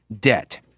debt